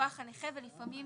מכוח הנכה ולפעמים